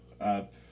up